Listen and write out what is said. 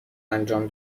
انجام